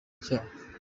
icyaha